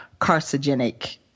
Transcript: carcinogenic